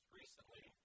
recently